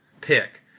pick